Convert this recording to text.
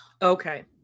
Okay